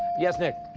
yes, nick?